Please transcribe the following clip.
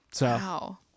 Wow